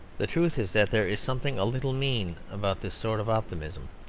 the truth is that there is something a little mean about this sort of optimism.